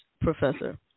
professor